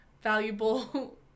Valuable